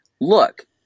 look